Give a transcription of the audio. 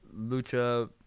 Lucha